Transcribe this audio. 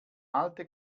alte